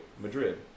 Madrid